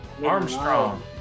Armstrong